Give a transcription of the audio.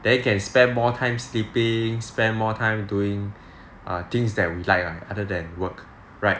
then we can spend more time sleeping spend more time doing err things that we like ah other than work right